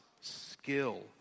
skill